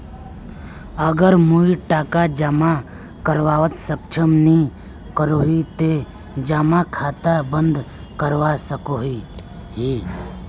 अगर मुई टका जमा करवात सक्षम नी करोही ते जमा खाता बंद करवा सकोहो ही?